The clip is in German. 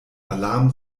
alarm